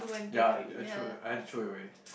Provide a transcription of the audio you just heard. ya I throw I had to throw it away